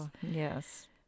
Yes